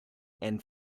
and